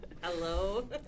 Hello